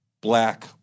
black